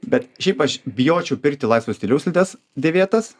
bet šiaip aš bijočiau pirkti laisvo stiliaus slides dėvėtas